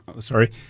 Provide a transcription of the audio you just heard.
Sorry